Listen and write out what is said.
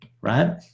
right